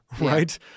right